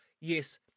Yes